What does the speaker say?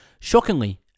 Shockingly